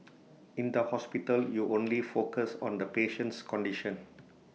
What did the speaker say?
in the hospital you only focus on the patient's condition